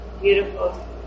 Beautiful